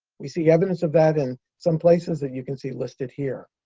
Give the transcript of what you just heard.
we see evidence of that in some places that you can see listed here.